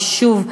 ושוב,